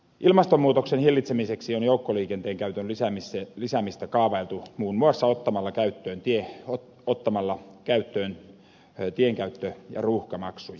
ilmastonmuutoksen hillitsemiseksi on joukkoliikenteen käytön lisäämistä kaavailtu muun muassa ottamalla käyttöön tienkäyttö ja ruuhkamaksuja